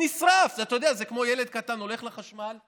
שנשרף, אתה יודע, זה כמו ילד קטן שהולך לחשמל,